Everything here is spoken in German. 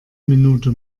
minute